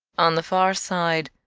on the far side,